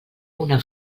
una